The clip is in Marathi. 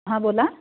हां बोला